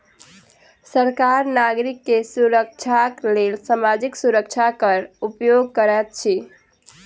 सरकार नागरिक के सुरक्षाक लेल सामाजिक सुरक्षा कर उपयोग करैत अछि